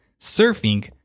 surfing